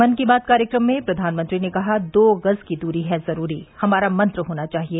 मन की बात कार्यक्रम में प्रधानमंत्री ने कहा दो गज की दूरी है जरूरी हमारा मंत्र होना चाहिए